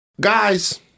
Guys